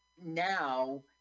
now